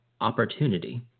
opportunity